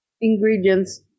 ingredients